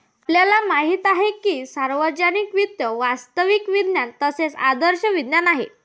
आपल्याला माहित आहे की सार्वजनिक वित्त वास्तविक विज्ञान तसेच आदर्श विज्ञान आहे